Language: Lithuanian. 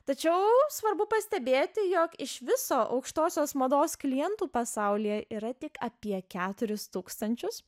tačiau svarbu pastebėti jog iš viso aukštosios mados klientų pasaulyje yra tik apie keturis tūkstančius